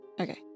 okay